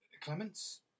Clements